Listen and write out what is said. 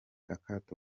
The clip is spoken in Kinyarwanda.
akato